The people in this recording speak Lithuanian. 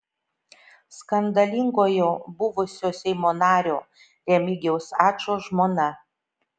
skandalingojo buvusio seimo nario remigijaus ačo žmona